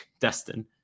Destin